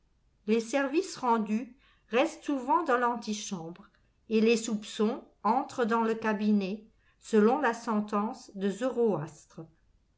les services rendus restent souvent dans l'antichambre et les soupçons entrent dans le cabinet selon la sentence de